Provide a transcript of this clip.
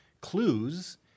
clues